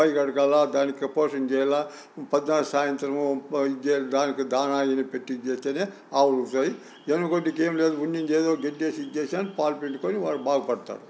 పై కడగాలా దానికి పోషణ చేయాలా పొద్దున సాయంత్రం ఇది దానికి దాన ఇది పెట్టి ఇది చేస్తేనే అవుకిసరి ఎనుగొడ్డుకి ఏంలేదు ఉండిందేదో గడ్డి వేసి ఇదిచేసి పాలు పిండుకొని వాళ్లు బాగుపడుతారు